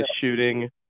shooting